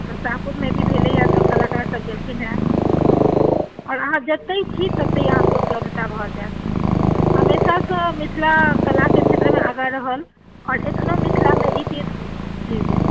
तऽ शाहपुरमे भी भेलैए तऽ कलाकार सभ गेलखिन हेँ आओर अहाँ जेतहि छी तति अहाँके उपलब्धता भऽ जायत हमेशासँ मिथिला कलाके क्षेत्रमे आगाँ रहल आओर एखनहु मिथिलामे ई चीज जी जी